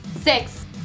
six